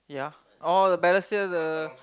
yeah oh the Balestier the